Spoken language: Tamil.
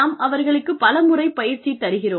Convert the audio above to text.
நாம் அவர்களுக்குப் பல முறை பயிற்சி தருகிறோம்